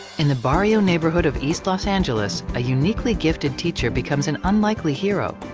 in the barrio neighborhood of east los angeles, a uniquely gifted teacher becomes an unlikely hero,